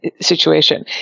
situation